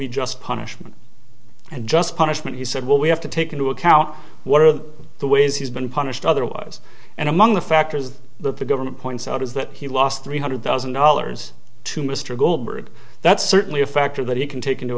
be just punishment and just punishment he said well we have to take into account one of the ways he's been punished otherwise and among the factors that the government points out is that he lost three hundred thousand dollars to mr goldberg that's certainly a factor that you can take into